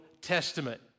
Testament